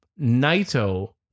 Naito